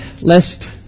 Lest